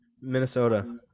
minnesota